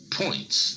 points